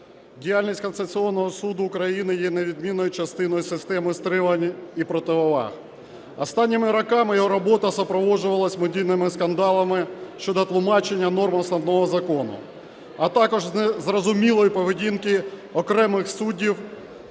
діяльність Конституційного Суду України є невідмінною частиною системи стримань і противаг. Останніми роками його робота супроводжувалась медійними скандалами щодо тлумачення норм Основного Закону, а також незрозумілої поведінки окремих суддів.